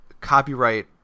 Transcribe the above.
copyright